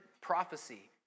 prophecy